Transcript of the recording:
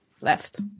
left